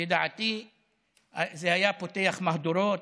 לדעתי זה היה פותח מהדורות,